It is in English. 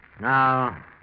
Now